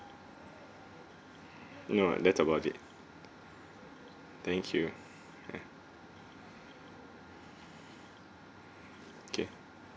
no that's about it thank you ya okay